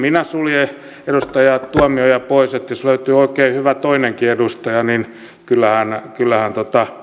minä sulje edustaja tuomioja pois että jos löytyy oikein hyvä toinenkin edustaja niin kyllähän kyllähän